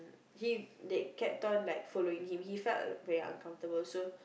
he they kept on like following him he felt uncomfortable so